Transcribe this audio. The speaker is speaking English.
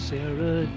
Sarah